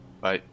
Bye